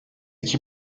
iki